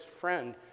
friend